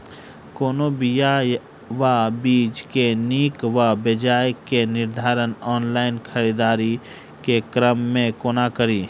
कोनों बीया वा बीज केँ नीक वा बेजाय केँ निर्धारण ऑनलाइन खरीददारी केँ क्रम मे कोना कड़ी?